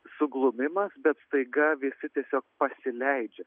suglumimas bet staiga visi tiesiog pasileidžia